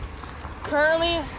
Currently